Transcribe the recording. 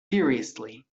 furiously